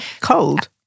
cold